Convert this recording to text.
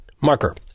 marker